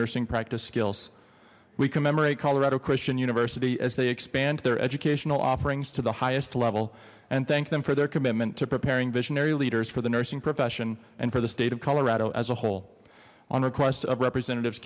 nursing practice skills we commemorate colorado christian university as they expand their educational offerings to the highest level and thank them for their commitment to preparing visionary leaders for the nursing profession and for the state of colorado as a whole on request of representative